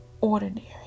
ordinary